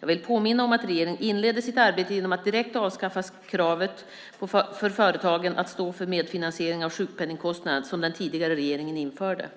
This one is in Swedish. Jag vill påminna om att regeringen inledde sitt arbete genom att direkt avskaffa kravet för företagen att stå för medfinansiering av sjukpenningskostnaderna, som den tidigare regeringen införde.